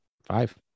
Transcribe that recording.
Five